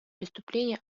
преступление